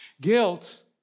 Guilt